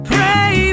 Pray